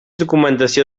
documentació